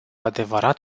adevărat